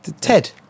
Ted